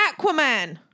Aquaman